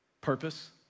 Purpose